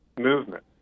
movement